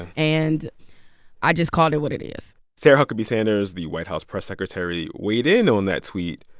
and i just called it what it is sarah huckabee sanders, the white house press secretary, weighed in on that tweet,